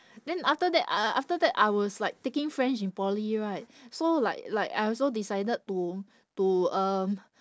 then after that after that I was like taking french in poly right so like like I also decided to to um